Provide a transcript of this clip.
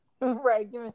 Right